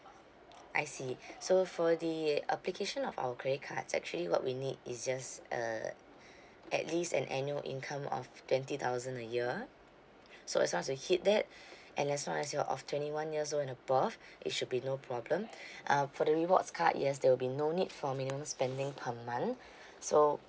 I see so for the application of our credit cards actually what we need is just uh at least an annual income of twenty thousand a year so as long as you hit that and as long as you are of twenty one years old and above it should be no problem uh for the rewards card yes there will be no need for minimum spending per month so